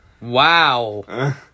Wow